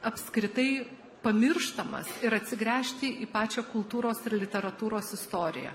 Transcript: apskritai pamirštamas ir atsigręžti į pačią kultūros ir literatūros istoriją